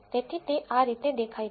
તેથી તે આ રીતે દેખાય છે